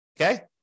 okay